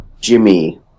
jimmy